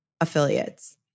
affiliates